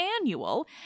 annual